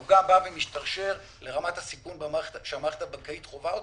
הוא משתרשר לרמת הסיכון שהמערכת הבנקאית חווה אותו.